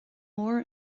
mór